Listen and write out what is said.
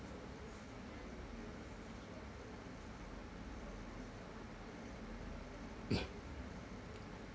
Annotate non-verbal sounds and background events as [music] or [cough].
[coughs]